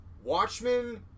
Watchmen